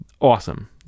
awesome